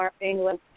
England